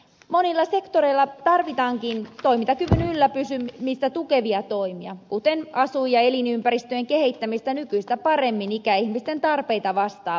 monilla sektoreilla tarvitaankin toimintakyvyn yllä pysymistä tukevia toimia kuten asuin ja elinympäristöjen kehittämistä nykyistä paremmin ikäihmisten tarpeita vastaavaksi